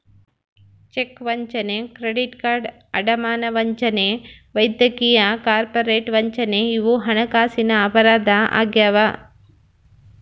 check ವಂಚನೆ credit card ಅಡಮಾನ ವಂಚನೆ ವೈದ್ಯಕೀಯ ಕಾರ್ಪೊರೇಟ್ ವಂಚನೆ ಇವು ಹಣಕಾಸಿನ ಅಪರಾಧ ಆಗ್ಯಾವ